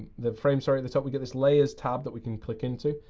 the frames, sorry, at the top we get this layers tab that we can click into.